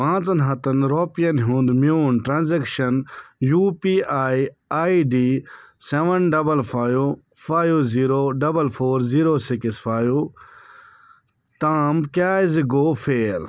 پانٛژن ہَتن رۄپیَن ہُنٛد میون transaction U P I I D seven double five five zero double four zero six five تام کیٛازِ گوٚو فیل